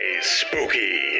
spooky